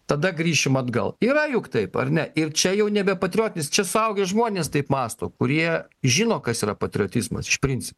tada grįšim atgal yra juk taip ar ne ir čia jau nebe patriotinis čia suaugę žmonės taip mąsto kurie žino kas yra patriotizmas iš principo